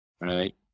Right